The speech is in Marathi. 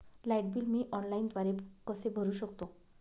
लाईट बिल मी ऑनलाईनद्वारे कसे भरु शकतो?